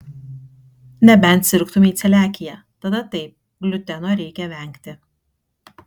nebent sirgtumei celiakija tada taip gliuteno reikia vengti